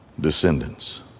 descendants